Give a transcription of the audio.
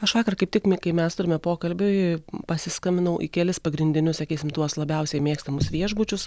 aš vakar kaip tik mi kai mes turime pokalbį pasiskambinau į kelis pagrindinius sakysim tuos labiausiai mėgstamus viešbučius